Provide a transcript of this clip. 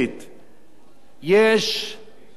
יש מע"מ,